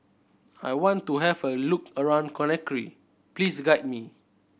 I want to have a look around Conakry please guide me